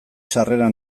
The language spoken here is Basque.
sarrera